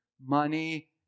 money